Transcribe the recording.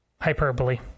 hyperbole